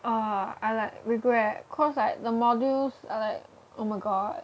oh I like regret cause like the modules are like oh my god